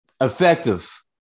effective